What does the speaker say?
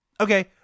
Okay